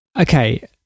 okay